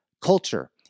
culture